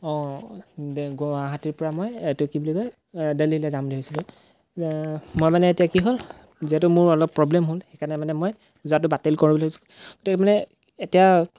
অঁ গুৱাহাটীৰপৰা মই এইটো কি বুলি কয় দেলহিলৈ যাম বুলি ভাবিছিলোঁ মই মানে এতিয়া কি হ'ল যিহেতু মোৰ অলপ প্ৰব্লেম হ'ল সেইকাৰণে মানে মই যোৱাটো বাতিল কৰোঁ বুলি ভাবিছোঁ গতিকে মানে এতিয়া